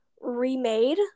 remade